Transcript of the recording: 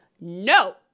no